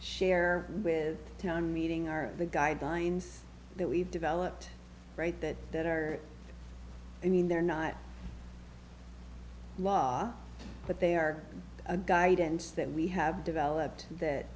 share with town meeting are the guidelines that we've developed right that that are i mean they're not law but they are a guidance that we have developed that